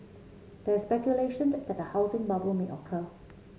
there is speculation that a housing bubble may occur